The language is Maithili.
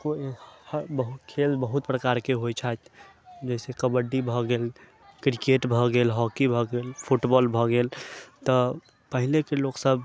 कोइ बहुत खेल बहुत प्रकारके होइ छथि जैसे कबड्डी भऽ गेल क्रिकेट भऽ गेल हॉकी भऽ गेल फुटबॉल भऽ गेल तऽ पहिलेके लोक सब